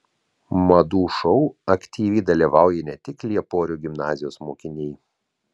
madų šou aktyviai dalyvauja ne tik lieporių gimnazijos mokiniai